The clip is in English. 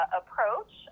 approach